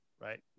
right